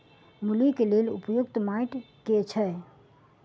मूली केँ लेल उपयुक्त माटि केँ छैय?